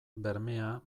bermea